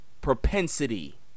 propensity